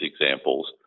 examples